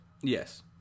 Yes